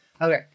Okay